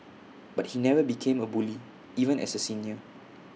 but he never became A bully even as A senior